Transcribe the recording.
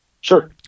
Sure